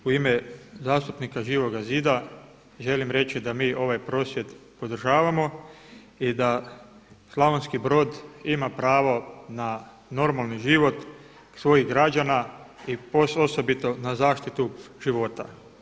U ime zastupnika Živog zida želim reći da mi ovaj prosvjed podržavamo i da Slavonski Brod ima pravo na normalni život svojih građana i osobito na zaštitu života.